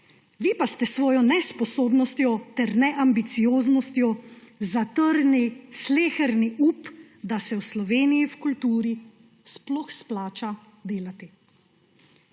Vi pa ste s svojo nesposobnostjo ter neambicioznostjo zatrli sleherni up, da se v Sloveniji v kulturi sploh splača delati.